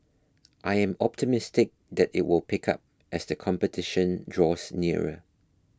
I am optimistic that it will pick up as the competition draws nearer